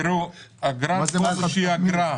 אגרת גודש היא אגרה.